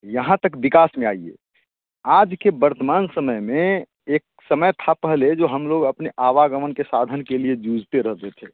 यहाँ तक विकास में आइए आज के वर्तमान समय में एक समय था पहले जो हम लोग अपने आवागमन के साधन के लिए जूझते रहते थे